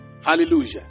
Hallelujah